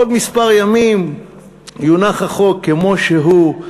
עוד כמה ימים יונח החוק כמו שהוא,